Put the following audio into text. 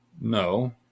No